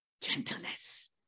gentleness